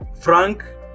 Frank